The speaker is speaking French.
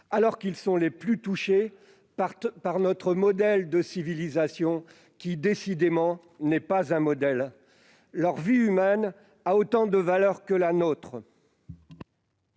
Ils sont les plus touchés par notre modèle de civilisation, lequel, décidément, n'est pas un modèle ! Leur vie humaine a autant de valeur que la nôtre.